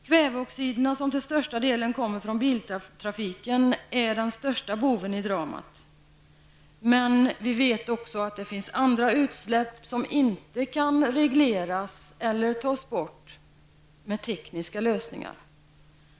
Kväveoxiderna, som till största delen kommer från biltrafiken, är den största boven i dramat. Men vi vet också att det finns andra utsläpp som inte kan regleras eller tas bort med tekniska lösningar.